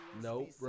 Nope